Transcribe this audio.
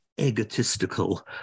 egotistical